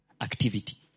activity